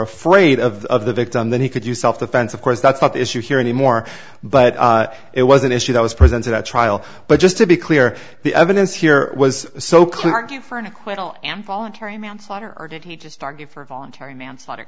afraid of the victim then he could use self defense of course that's not the issue here anymore but it was an issue that was presented at trial but just to be clear the evidence here was so clear argue for an acquittal am voluntary manslaughter or did he just argue for voluntary manslaughter